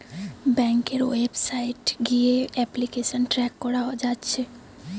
ব্যাংকের ওয়েবসাইট গিয়ে application track কোরা যাচ্ছে